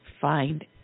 find